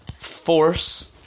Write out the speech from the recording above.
force